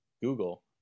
Google